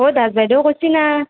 অ' দাস বাইদেউ কৈছি না